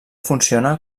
funciona